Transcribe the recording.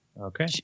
Okay